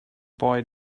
boy